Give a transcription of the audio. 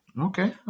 Okay